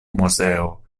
moseo